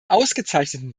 ausgezeichneten